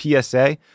PSA